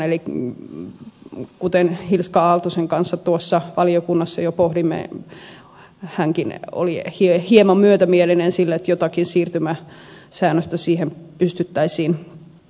eli kuten hilska aaltosen kanssa valiokunnassa jo pohdimme hänkin oli hieman myötämielinen sille että jotakin siirtymäsäännöstä siihen pystyttäisiin luomaan